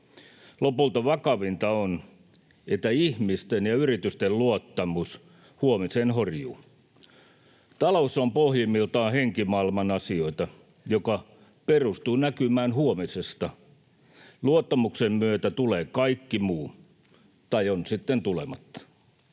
Lopulta vakavinta on, että ihmisten ja yritysten luottamus huomiseen horjuu. Talous on pohjimmiltaan henkimaailman asioita, ja se perustuu näkymään huomisesta. Luottamuksen myötä tulee kaikki muu — tai on sitten tulematta.